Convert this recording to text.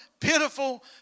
pitiful